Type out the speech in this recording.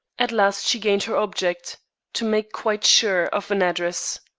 at last she gained her object to make quite sure of an address.